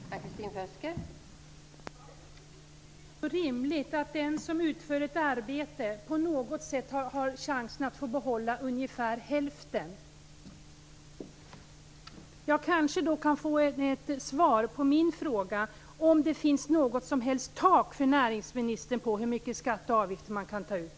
Fru talman! Nog vore det väl ändå rimligt att den som utför ett arbete på något sätt har chansen att få behålla ungefär hälften. Då kanske jag kan få ett svar på min fråga om det enligt näringsministern finns något som helst tak för hur mycket skatter och avgifter man kan ta ut?